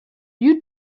you